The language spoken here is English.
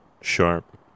sharp